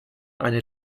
eine